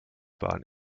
bahn